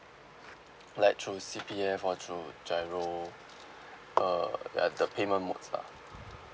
like through C_P_F or through G_I_R_O err like uh the payment modes lah